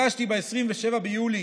הגשתי ב-27 ביולי